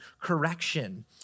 correction